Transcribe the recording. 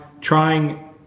trying